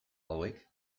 hauek